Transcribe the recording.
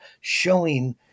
showing